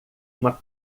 uma